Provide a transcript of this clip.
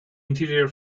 interior